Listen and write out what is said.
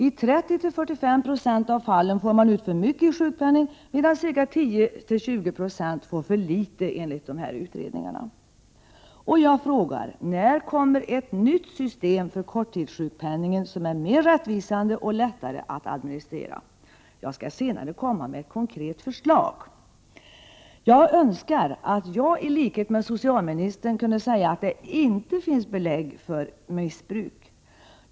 I 30-45 20 av fallen får man ut för mycket i sjukpenning, medan man i 10-20 9 får för litet, enligt dessa utredningar. När kommer ett nytt system för korttidssjukpenningen, som är mer rättvisande och lättare att administrera? Jag skall senare komma med ett konkret förslag. Jag önskar att jag i likhet med socialministern kunde säga att det inte finns belägg för missbruk.